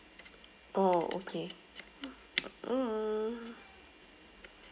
oh okay mm